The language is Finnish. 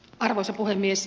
arvoisa puhemies